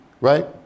Right